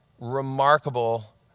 remarkable